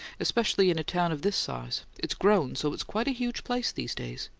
especially in a town of this size it's grown so it's quite a huge place these days.